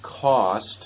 cost